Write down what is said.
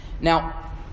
Now